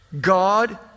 God